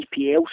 EPL